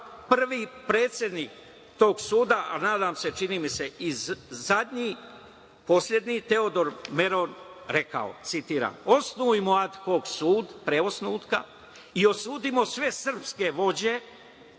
prvi predsednik tog suda, a nadam se, čini mi se, i zadnji, poslednji, Teodor Meron rekao, citiram: „Osnujmo ad hok sud, pre osnutka, i osudimo sve srpske vođe.